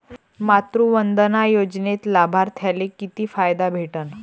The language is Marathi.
मातृवंदना योजनेत लाभार्थ्याले किती फायदा भेटन?